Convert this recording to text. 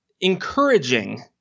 encouraging